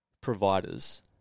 providers